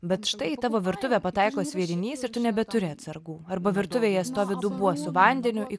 bet štai į tavo virtuvę pataiko sviedinys ir tu nebeturi atsargų arba virtuvėje stovi dubuo su vandeniu į